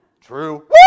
True